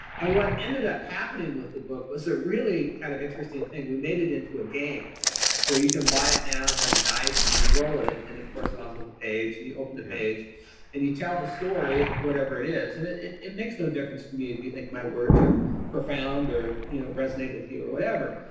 and what ended up happening with the book was ah really kind of an interesting thing. we made it into a game where you can buy it now and has dice and you roll it and it corresponds with the page and you open the page and you tell the story of whatever it is. and it it makes no difference to me if you think my words are profound or or you know resonate with you or whatever.